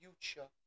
future